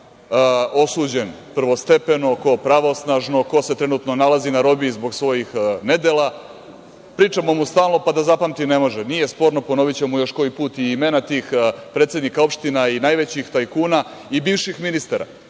režima osuđen prvostepeno, ko pravosnažno, ko se trenutno nalazi na robiji zbog svojih nedela. Pričamo mu stalno, nije sporno, ponovićemo još koji put i imena tih predsednika opština i najvećih tajkuna i bivših ministara.